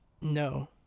No